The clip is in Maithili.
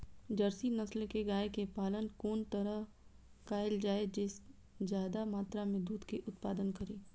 जर्सी नस्ल के गाय के पालन कोन तरह कायल जाय जे ज्यादा मात्रा में दूध के उत्पादन करी?